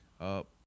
up